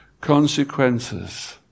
consequences